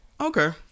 Okay